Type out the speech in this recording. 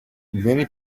many